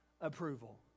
approval